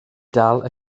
dal